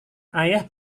ayah